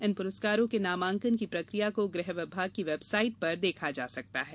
इन पुरस्कारों के नामांकन की प्रक्रिया को गृह विभाग की वेबसाइट पर देखा जा सकता हैं